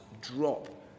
drop